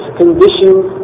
conditions